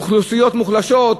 מאוכלוסיות מוחלשות,